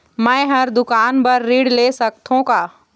मैं हर दुकान बर ऋण ले सकथों का?